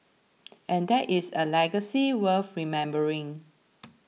and that is a legacy worth remembering